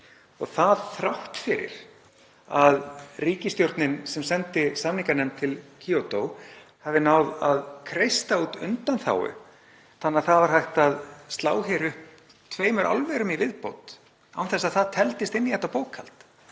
og það þrátt fyrir að ríkisstjórnin sem sendi samninganefnd til Kyoto hafi náð að kreista út undanþágu þannig að það var hægt að slá hér upp tveimur álverum í viðbót án þess að það teldist inn í þetta bókhald.